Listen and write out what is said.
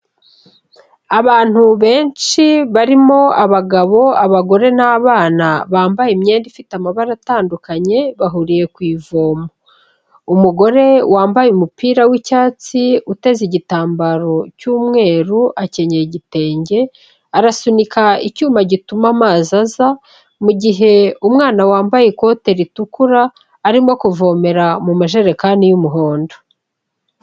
Abantu benshi barimo abagabo, abagore n'abana bambaye imyenda ifite amabara atandukanye bahuriye ku ivoma, umugore wambaye umupira w'icyatsi, uteze igitambaro cy'umweru, akenyeye igitenge arasunika icyuma gituma amazi aza mu gihe umwana wambaye ikote ritukura arimo kuvomera mu majerekani y'umuhondo.